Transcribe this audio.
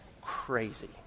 crazy